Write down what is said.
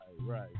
Right